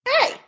Hey